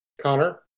Connor